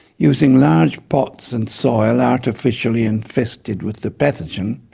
using large pots and soil artificially infested with the pathogen,